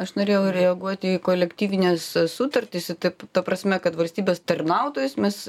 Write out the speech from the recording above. aš norėjau reaguot į kolektyvines sutartis taip ta prasme kad valstybės tarnautojus mes